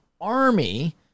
army